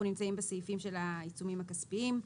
נמצאים בסעיפים של העיצומים הכספיים.